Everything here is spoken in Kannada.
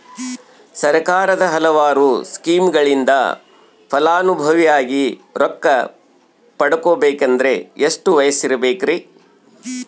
ಸರ್ಕಾರದ ಹಲವಾರು ಸ್ಕೇಮುಗಳಿಂದ ಫಲಾನುಭವಿಯಾಗಿ ರೊಕ್ಕ ಪಡಕೊಬೇಕಂದರೆ ಎಷ್ಟು ವಯಸ್ಸಿರಬೇಕ್ರಿ?